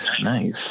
nice